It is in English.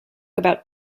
about